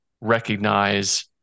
recognize